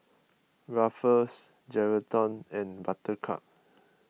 Ruffles Geraldton and Buttercup